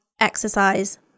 exercise